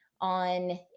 on